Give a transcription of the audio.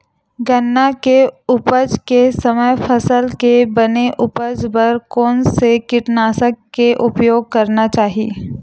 गन्ना के उपज के समय फसल के बने उपज बर कोन से कीटनाशक के उपयोग करना चाहि?